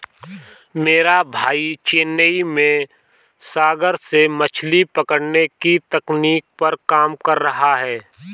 मेरा भाई चेन्नई में सागर से मछली पकड़ने की तकनीक पर काम कर रहा है